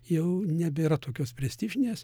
jau nebėra tokios prestižinės